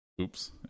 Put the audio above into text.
Oops